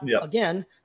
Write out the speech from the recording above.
again